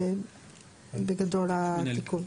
זה בגדול התיקון.